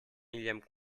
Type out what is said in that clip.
millième